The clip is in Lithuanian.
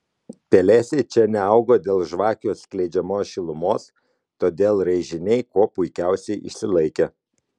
pelėsiai čia neaugo dėl žvakių skleidžiamos šilumos todėl raižiniai kuo puikiausiai išsilaikė